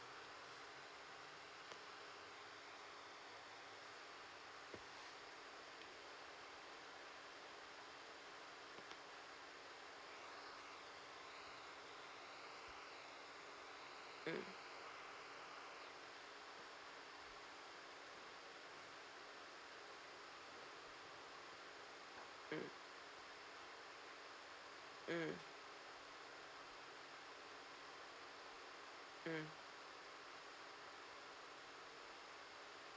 mm mm mm mm